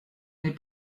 n’est